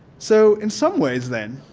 so, in some ways then,